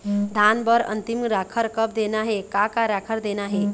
धान बर अन्तिम राखर कब देना हे, का का राखर देना हे?